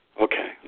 Okay